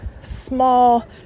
small